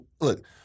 look